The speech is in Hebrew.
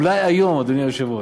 אולי היום, אדוני היושב-ראש,